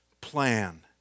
plan